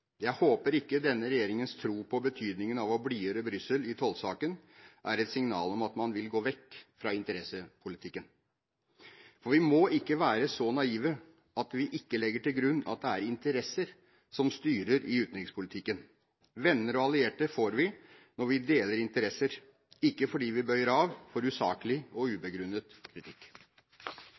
Jeg håper ikke denne regjeringens tro på betydningen av å blidgjøre Brussel i tollsaken er et signal om at man vil gå vekk fra interessepolitikken. For vi må ikke være så naive at vi ikke legger til grunn at det er interesser som styrer i utenrikspolitikken. Venner og allierte får vi når vi deler interesser, ikke fordi vi bøyer av for usaklig og ubegrunnet kritikk.